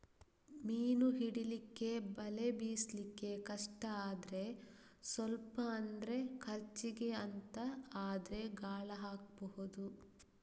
ಮೀನು ಹಿಡೀಲಿಕ್ಕೆ ಬಲೆ ಬೀಸ್ಲಿಕ್ಕೆ ಕಷ್ಟ ಆದ್ರೆ ಸ್ವಲ್ಪ ಅಂದ್ರೆ ಖರ್ಚಿಗೆ ಅಂತ ಆದ್ರೆ ಗಾಳ ಹಾಕ್ಬಹುದು